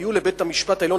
היו לבית-המשפט העליון,